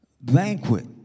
banquet